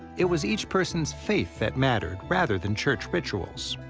it was each person's faith that mattered, rather than church rituals.